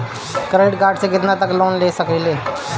Credit card से कितना तक लोन ले सकईल?